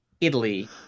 Italy